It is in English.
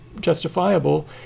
justifiable